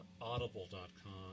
Audible.com